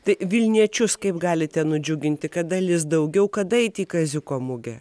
tai vilniečius kaip galite nudžiuginti kada lis daugiau kada eiti į kaziuko mugę